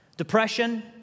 Depression